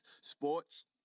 Sports